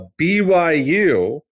BYU